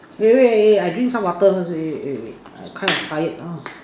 wait wait eh I drink some water first wait wait wait wait I am kind of tired now